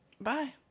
Bye